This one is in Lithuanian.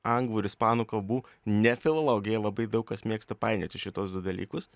anglų ir ispanų kalbų ne filologija labai daug kas mėgsta painioti šituos du dalykus